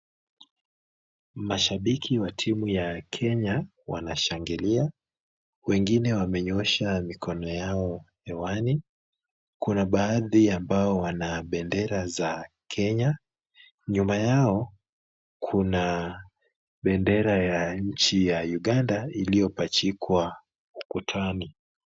Mashabiki wa timu ya Kenya wanashangilia. Wengine wamenyoosha mikono yao hewani. Kuna baadhi ambao wana bendera za Kenya. Nyuma yao kuna bendera ya nchi ya Uganda iliyopachikwa ukutani.